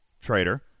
Trader